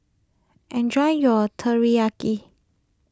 enjoy your Teriyaki